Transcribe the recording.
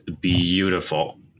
beautiful